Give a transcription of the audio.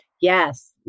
Yes